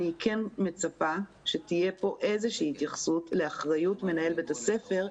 אני כן מצפה שתהיה פה איזושהי התייחסות לאחריות מנהל בית הספר,